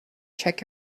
check